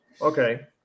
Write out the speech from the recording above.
Okay